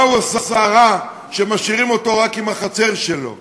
מה הוא עשה רע שמשאירים אותו רק עם החצר שלו?